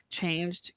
changed